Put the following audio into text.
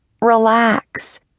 Relax